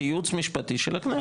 כייעוץ משפטי של הכנסת.